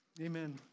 Amen